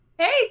Hey